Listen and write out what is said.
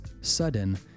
sudden